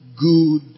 good